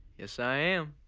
yes, i am.